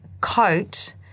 coat